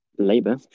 labour